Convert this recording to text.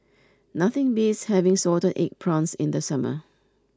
nothing beats having Salted Egg Prawns in the summer